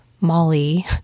Molly